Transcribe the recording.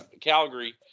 Calgary